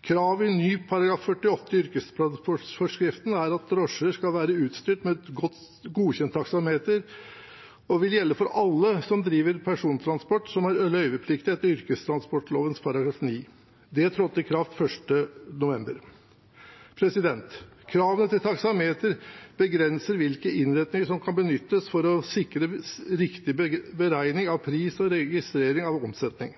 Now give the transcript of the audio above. Kravet i ny § 48 i yrkestransportforskriften er at drosjer skal være utstyrt med godkjent taksameter, og vil gjelde for alle som driver persontransport som er løyvepliktig etter yrkestransportloven § 9. Det trådte i kraft 1. november. Kravet til taksameter begrenser hvilke innretninger som kan benyttes for å sikre riktig beregning av pris og registrering av omsetning.